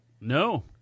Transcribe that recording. No